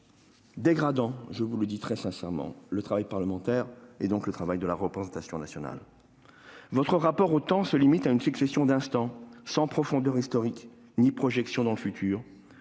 dégrade, je vous le dis très sincèrement, le travail parlementaire, celui de la représentation nationale. Votre rapport au temps se limite à une succession d'instants, sans profondeur historique ni projection dans l'avenir.